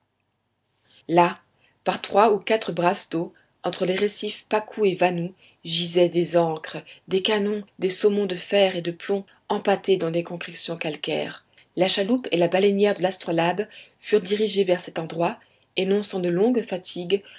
là par trois ou quatre brasses d'eau entre les récifs pacou et vanou gisaient des ancres des canons des saumons de fer et de plomb empâtés dans les concrétions calcaires la chaloupe et la baleinière de l'astrolabe furent dirigées vers cet endroit et non sans de longues fatigues